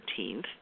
13th